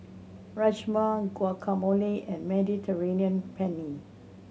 Rajma Guacamole and Mediterranean Penne